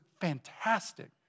fantastic